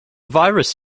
virus